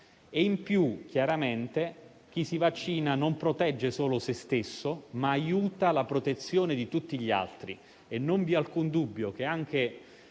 la vita. Inoltre, chi si vaccina non protegge solo se stesso ma aiuta la protezione di tutti gli altri e non vi è alcun dubbio che anche